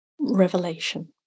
revelation